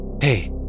Hey